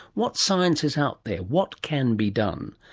what science is out there? what can be done?